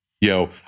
Yo